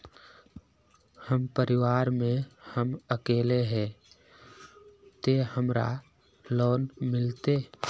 हम परिवार में हम अकेले है ते हमरा लोन मिलते?